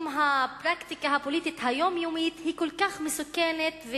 הפרקטיקה הפוליטית היומיומית היא כל כך מסוכנת,